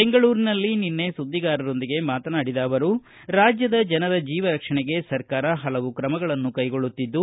ಬೆಂಗಳೂರಿನಲ್ಲಿ ನಿನ್ನೆ ಸುದ್ದಿಗಾರರೊಂದಿಗೆ ಮಾತನಾಡಿದ ಅವರು ರಾಜ್ಬದ ಜನರ ಜೀವ ರಕ್ಷಣೆಗೆ ಸರ್ಕಾರ ಹಲವು ಕ್ರಮಗಳನ್ನು ಕೈಗೊಳ್ಳುತ್ತಿದ್ದು